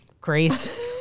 Grace